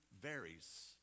varies